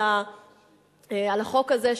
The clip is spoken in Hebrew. על החוק הזה,